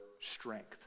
strength